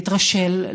התרשל,